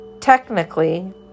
Technically